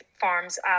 farms